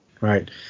Right